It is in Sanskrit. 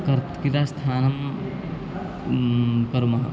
कर्तुं क्रिडास्थानं कुर्मः